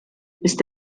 ist